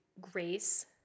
grace